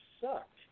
sucked